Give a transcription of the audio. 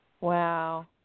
Wow